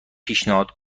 پیشنهاد